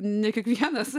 ne kiekvienas